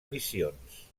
missions